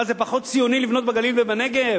מה, זה פחות ציוני לבנות בגליל ובנגב?